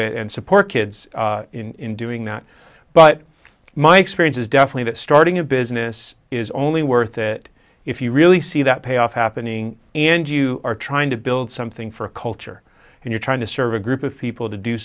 it and support kids in doing that but my experience is definitely that starting a business is only worth it if you really see that payoff happening and you are trying to build something for a culture and you're trying to serve a group of people to do